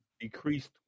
decreased